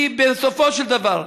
כי בסופו של דבר,